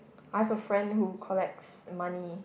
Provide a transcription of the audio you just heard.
I have a friend who collects money